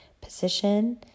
position